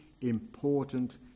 important